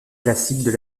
classiques